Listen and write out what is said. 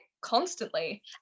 constantly